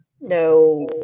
no